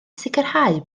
sicrhau